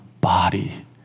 body